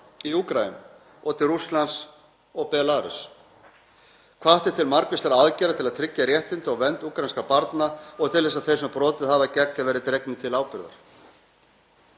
í Úkraínu, og til Rússlands og Belarúss. Hvatt er til margvíslegra aðgerða til að tryggja réttindi og vernd úkraínskra barna og til þess að þeir sem brotið hafi gegn þeim verði dregnir til ábyrgðar.